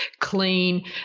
clean